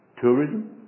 Tourism